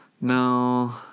No